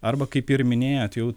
arba kaip ir minėjot jau